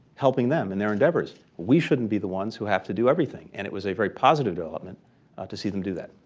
helping them in their endeavors. we shouldn't be the ones who have to do everything. and it was a very positive development to see them do that.